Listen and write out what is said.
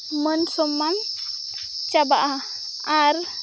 ᱢᱟᱹᱱ ᱥᱚᱱᱢᱟᱱ ᱪᱟᱵᱟᱜᱼᱟ ᱟᱨ